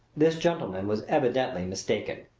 this gentleman was evidently mistaken,